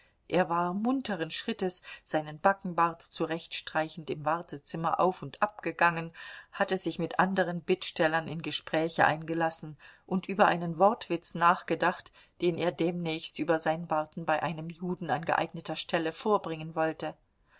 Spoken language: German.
er war munteren schrittes seinen backenbart zurechtstreichend im wartezimmer auf und ab gegangen hatte sich mit anderen bittstellern in gespräche eingelassen und über einen wortwitz nachgedacht den er demnächst über sein warten bei einem juden an geeigneter stelle vorbringen wollte